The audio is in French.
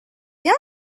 bien